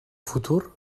futur